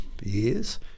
years